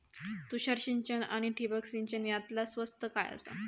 तुषार सिंचन आनी ठिबक सिंचन यातला स्वस्त काय आसा?